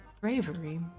bravery